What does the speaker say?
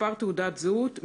מספר תעודת זהות,